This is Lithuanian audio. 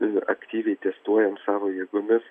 ir aktyviai testuojam savo jėgomis